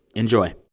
enjoy